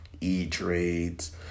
E-Trades